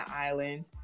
island